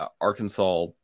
Arkansas